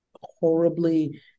horribly